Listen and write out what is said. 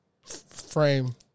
frame